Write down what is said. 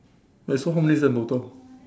wait so how many is there in total